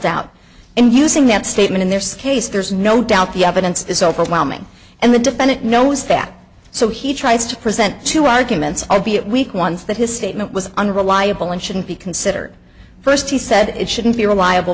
doubt and using that statement in their skates there's no doubt the evidence is overwhelming and the defendant knows that so he tries to present two arguments are weak ones that his statement was unreliable and shouldn't be considered first he said it shouldn't be reliable